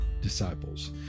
disciples